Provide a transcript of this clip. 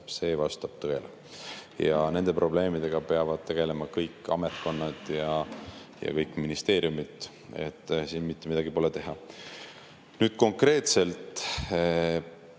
see vastab tõele. Nende probleemidega peavad tegelema kõik ametkonnad ja kõik ministeeriumid, siin mitte midagi pole teha. Nüüd konkreetselt.